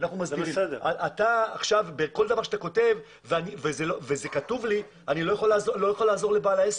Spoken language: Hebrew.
כל דבר שכתוב לי, אני לא יכול לעזור לבעל העסק.